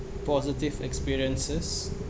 positive experiences